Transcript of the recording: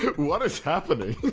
what is happening?